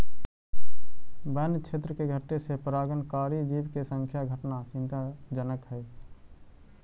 वन्य क्षेत्र के घटे से परागणकारी जीव के संख्या घटना चिंताजनक हइ